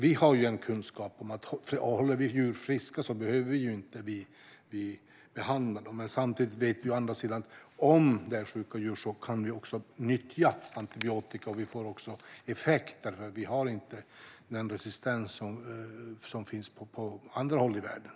Vi har en kunskap om att håller vi djur friska behöver vi inte behandla dem, men samtidigt vet vi att om det finns sjuka djur kan vi nyttja antibiotika och få effekt eftersom vi inte har den resistens som finns på andra håll i världen.